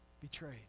betrayed